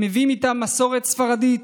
הם מביאים איתם מסורת ספרדית